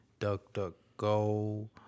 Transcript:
DuckDuckGo